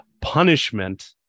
punishment